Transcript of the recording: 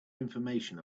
information